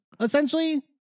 essentially